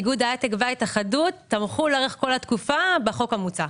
איגוד ההייטק והתאחדות תמכו לאורך כל התקופה בחוק המוצע.